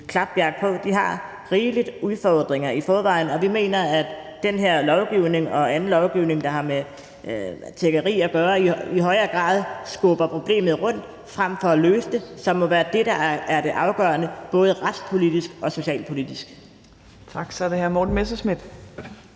klapjagt på. De har rigeligt med udfordringer i forvejen, og vi mener, at den her lovgivning og anden lovgivning, der har med tiggeri at gøre, i højere grad skubber problemet rundt frem for at løse det, som må være det, der er det afgørende både retspolitisk og socialpolitisk.